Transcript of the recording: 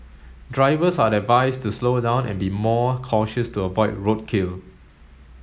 drivers are advised to slow down and be more cautious to avoid roadkill